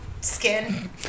skin